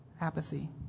apathy